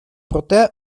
проте